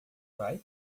vai